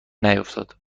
نیفتاد